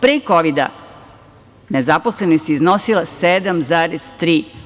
Pre kovida nezaposlenost je iznosila 7,3%